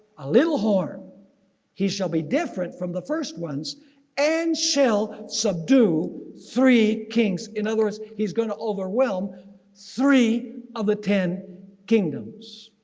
a little horn he shall be different from the first ones and shall subdue three kings. in other words he's going to overwhelm three of the ten kingdoms.